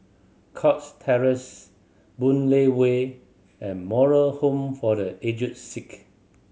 Cox Terrace Boon Lay Way and Moral Home for The Aged Sick